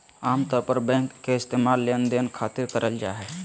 आमतौर पर बैंक के इस्तेमाल लेनदेन खातिर करल जा हय